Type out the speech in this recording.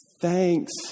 Thanks